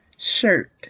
shirt